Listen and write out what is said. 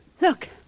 Look